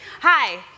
hi